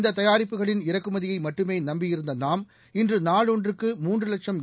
இந்த தயாரிப்புகளின் இறக்குமதியை மட்டுமே நம்பியிருந்த நாம் இன்று நாளொன்றுக்கு மூன்று லட்சும் என்